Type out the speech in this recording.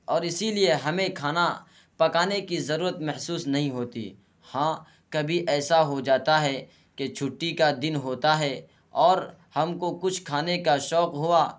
اور اسی لیے ہمیں کھانا پکانے کی ضرورت محسوس نہیں ہوتی ہاں کبھی ایسا ہو جاتا ہے کہ چھٹی کا دن ہوتا ہے اور ہم کو کچھ کھانے کا شوق ہوا